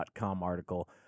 article